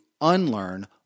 unlearn